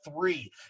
three